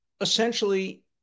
essentially